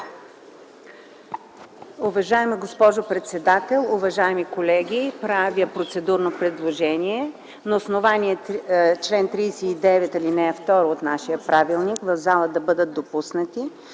Уважаема госпожо председател, уважаеми колеги, правя процедурно предложение на основание чл. 39, ал. 2 от нашия правилник в пленарната зала да бъдат допуснати